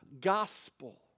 gospel